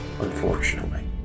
unfortunately